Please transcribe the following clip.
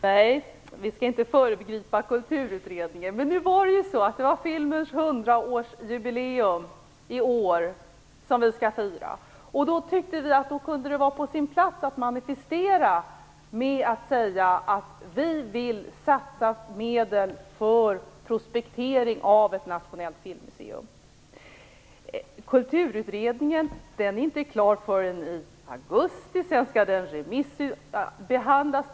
Herr talman! Nej, vi skall inte föregripa Kulturutredningen. Men nu var det ju filmens hundraårsjubileum i år som vi skulle fira, och då tyckte vi att det kunde vara på sin plats att manifestera med att säga att vi vill satsa medel för prospektering av ett nationellt filmmuseum. Kulturutredningen är inte klar förrän i augusti. Sedan skall den remissbehandlas.